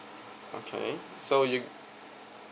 okay so you